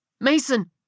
Mason